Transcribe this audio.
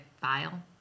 file